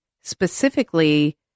specifically